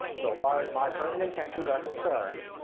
so far as my present intentions are concerned,